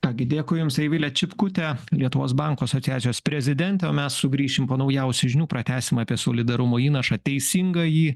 ką gi dėkui jums eivile čipkute lietuvos bankų asociacijos prezidentė o mes sugrįšim po naujausių žinių pratęsim apie solidarumo įnašą teisinga jį